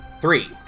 Three